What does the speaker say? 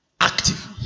Active